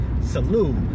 salute